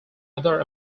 other